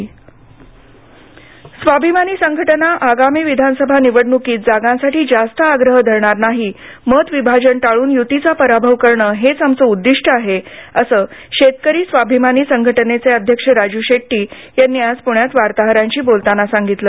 रुवाभिमानी संघटना स्वाभिमानी संघटना आगामी विधानसभा निवडणुकीत जागांसाठी जास्त आग्रह धरणार नाही मत विभाजन टाळून यूतीचा पराभव करणं हेच आमचं उद्दिष्ट आहे असं शेतकरी स्वाभिमानी संघटनेचे अध्यक्ष राजू शेट्टी यांनी आज पुण्यात वार्ताहरांशी बोलताना सांगितलं